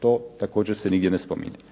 To također se nigdje ne spominje.